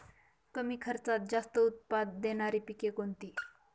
कमी खर्चात जास्त उत्पाद देणारी पिके कोणती?